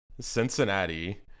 Cincinnati